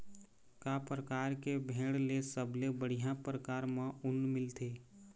का परकार के भेड़ ले सबले बढ़िया परकार म ऊन मिलथे?